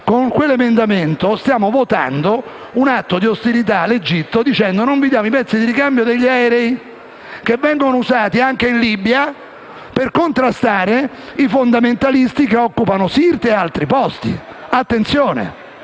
ai colleghi - stiamo votando un atto di ostilità all'Egitto dicendo: non vi diamo i pezzi di ricambio degli aerei che vengono usati anche in Libia per contrastare i fondamentalisti che occupano Sirte e altri luoghi. Colleghi